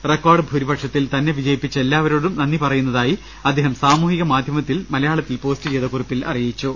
record ഭൂരിപക്ഷത്തിൽ തന്നെ വിജയിപ്പിച്ച എല്ലാ വരോടും നന്ദി പറയുന്നതായി അദ്ദേഹം സാമൂഹിക മാധ്യമത്തിൽ മലയാളത്തിൽ പോസ്റ്റ് ചെയ്ത കുറിപ്പിൽ അറിയിച്ചു